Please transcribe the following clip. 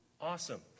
awesome